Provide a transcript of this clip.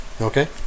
Okay